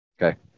Okay